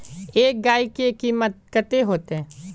एक गाय के कीमत कते होते?